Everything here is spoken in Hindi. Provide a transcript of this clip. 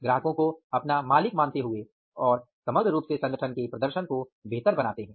ग्राहक को अपना मालिक मानते हुए और समग्र रूप से संगठन के प्रदर्शन को बेहतर बनाते हैं